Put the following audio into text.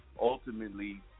Ultimately